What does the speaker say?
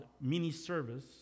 mini-service